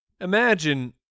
Imagine